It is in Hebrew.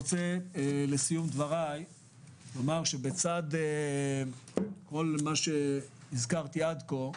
לסיום דברי אני רוצה לומר שבצד כל מה שהזכרתי עד כה,